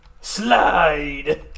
Slide